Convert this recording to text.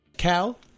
Cal